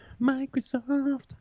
Microsoft